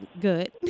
good